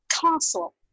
castle